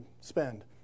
spend